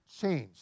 changed